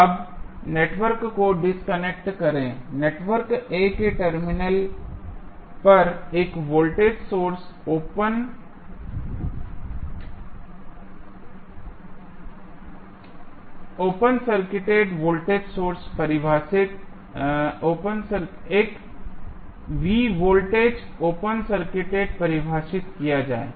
अब नेटवर्क को डिस्कनेक्ट करें नेटवर्क A के टर्मिनल पर एक V वोल्टेज ओपन सर्किटेड परिभाषित किया जाए